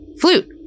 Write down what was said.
flute